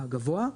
הגבוה,